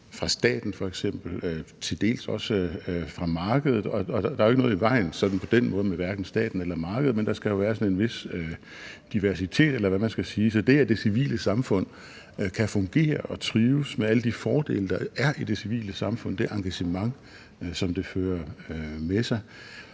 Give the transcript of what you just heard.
staten og til dels også fra markedet. Og der er ikke sådan på den måde noget i vejen med staten eller markedet, men der skal jo være en vis diversitet, eller hvad man skal sige. Så det, at det civile samfund kan fungere og trives med alle de fordele, der er i det civile samfund, det engagement, som det fører med sig,